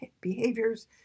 behaviors